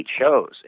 shows